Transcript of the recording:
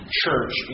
church